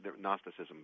Gnosticism